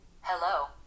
Hello